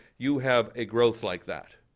you have a growth like that,